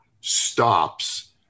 stops